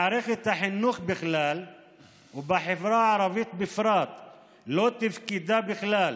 מערכת החינוך בכלל ובחברה הערבית בפרט לא תפקדה בכלל,